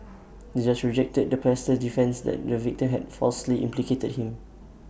the judge rejected the pastor's defence that the victim had falsely implicated him